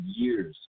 years